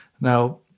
Now